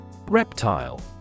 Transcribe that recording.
Reptile